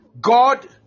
God